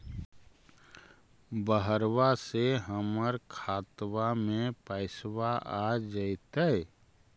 बहरबा से हमर खातबा में पैसाबा आ जैतय?